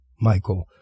Michael